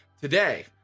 Today